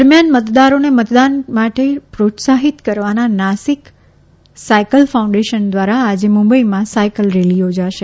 દરમિયાન મતદારોને મતદાન માટે પ્રોત્સાહિત કરવાના નાસીક સાયકલ ફાઉન્ડેશન ધ્વારા આજે મુંબઇમાં સાયકલ રેલી યોજાશે